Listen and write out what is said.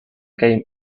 came